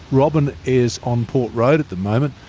robin is on port road at the moment.